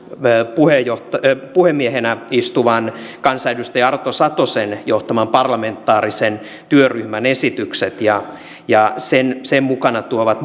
puhemiehenä istuvan kansanedustaja arto satosen johtaman parlamentaarisen työryhmän esitykset ja ja sen sen mukana tuomat